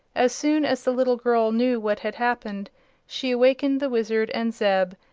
as soon as the little girl knew what had happened she awakened the wizard and zeb,